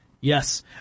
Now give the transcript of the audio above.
Yes